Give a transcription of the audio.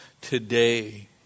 today